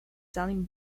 selling